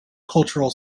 cultural